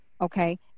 okay